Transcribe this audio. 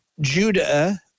Judah